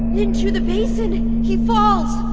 into the basin he falls,